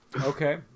okay